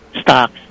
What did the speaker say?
stocks